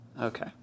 Okay